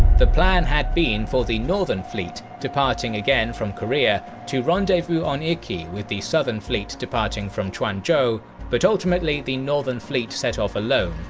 the plan had been for the northern fleet, departing again from korea, to rendezvous on iki with the southern fleet departing from quanzhou, but ultimately the northern fleet set off alone,